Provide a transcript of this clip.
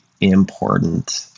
important